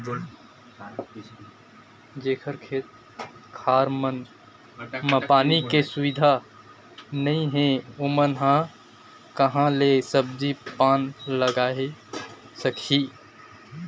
जेखर खेत खार मन म पानी के सुबिधा नइ हे ओमन ह काँहा ले सब्जी पान लगाए सकही